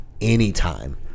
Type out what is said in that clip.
anytime